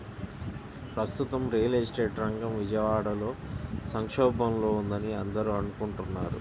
ప్రస్తుతం real estate రంగం విజయవాడలో సంక్షోభంలో ఉందని అందరూ అనుకుంటున్నారు